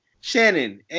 Shannon